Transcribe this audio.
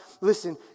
listen